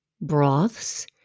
broths